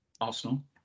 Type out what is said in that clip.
Arsenal